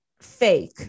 fake